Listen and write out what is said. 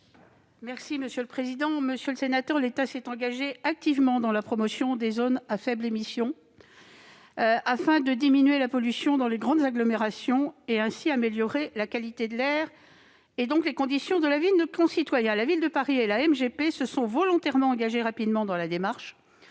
est à Mme la ministre. Monsieur le sénateur, l'État s'est engagé activement dans la promotion des zones à faibles émissions, afin de diminuer la pollution dans les grandes agglomérations, et, ainsi, d'améliorer la qualité de l'air et donc les conditions de vie de nos concitoyens. La ville de Paris et la MGP se sont volontairement engagées rapidement dans la démarche,